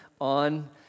on